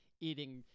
eating